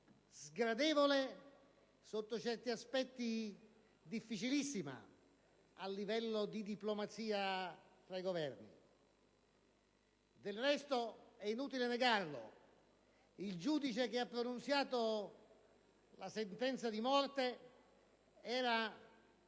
sgradevole e, sotto certi aspetti, difficilissima, a livello di diplomazia tra i Governi. Del resto, è inutile negare che il giudice che ha pronunciato la sentenza di morte era,